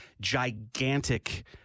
gigantic